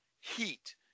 heat